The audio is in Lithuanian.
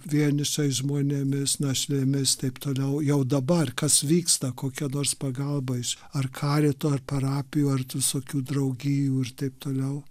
vienišais žmonėmis našlėmis taip toliau jau dabar kas vyksta kokia nors pagalba iš ar karito ar parapijų ar tų visokių draugijų ir taip toliau